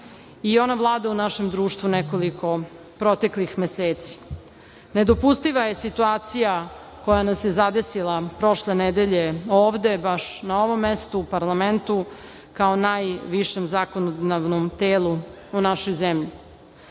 i ona vlada u našem društvu nekoliko proteklih meseci. Nedopustiva je situacija koja nas je zadesila prošle nedelje ovde, baš na ovom mestu, u parlamentu, kao najvišem zakonodavnom telu u našoj